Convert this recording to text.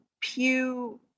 Pew